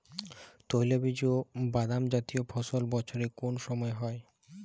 তৈলবীজ ও বাদামজাতীয় ফসল বছরের কোন সময় হয়?